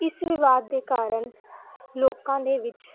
ਇਸ ਵਿਵਾਦ ਦੇ ਕਾਰਨ ਲੋਕਾਂ ਦੇ ਵਿੱਚ